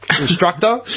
instructor